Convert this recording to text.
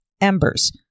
Embers